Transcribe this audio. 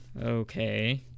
okay